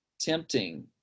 tempting